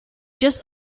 just